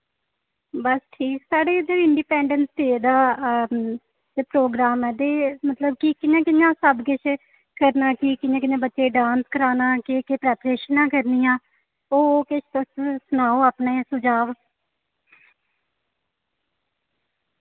बस ठीक साढ़े इद्धर इंडिपैंडेंस डे दा प्रोग्राम ऐ ते मतलब कि कि'यां कि'यां सब किश करना कि कि'यां कि'यां बच्चें डांस कराना केह् केह् प्रैपरेशनां करनियां ओ किश तुस सनाओ अपने सुझाव